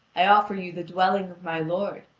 i offer you the dwelling of my lord,